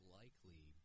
likely